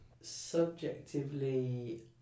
Subjectively